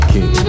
King